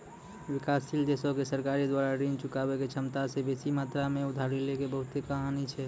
विकासशील देशो के सरकार द्वारा ऋण चुकाबै के क्षमता से बेसी मात्रा मे उधारी लै के बहुते कहानी छै